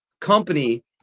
company